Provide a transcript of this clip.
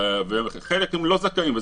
ויש גם כאלה שבכלל לא זכאים.